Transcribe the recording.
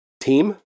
team